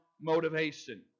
motivation